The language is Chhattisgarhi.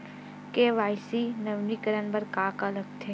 के.वाई.सी नवीनीकरण बर का का लगथे?